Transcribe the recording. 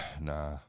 nah